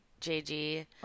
JG